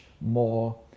more